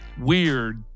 weird